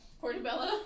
portobello